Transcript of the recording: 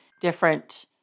different